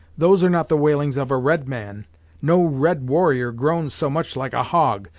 those are not the wailings of a red man no red warrior groans so much like a hog.